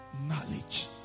knowledge